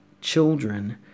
children